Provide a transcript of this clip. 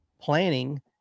planning